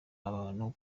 abantu